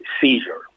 seizure